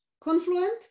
Confluent